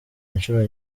inshuro